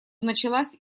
началась